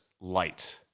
light